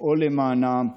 לפעול למענם,